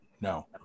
No